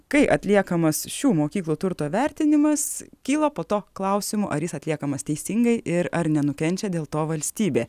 kai atliekamas šių mokyklų turto vertinimas kyla po to klausimų ar jis atliekamas teisingai ir ar nenukenčia dėl to valstybė